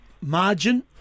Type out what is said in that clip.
margin